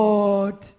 Lord